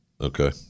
Okay